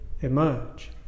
emerge